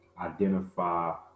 identify